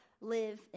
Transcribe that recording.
live